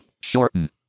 Shorten